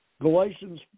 Galatians